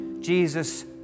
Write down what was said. Jesus